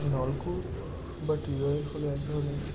নলকূপ বা টিউবওয়েল হলো এক ধরনের